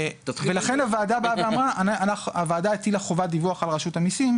ולכן הוועדה באה והטילה חובת דיווח על רשות המיסים,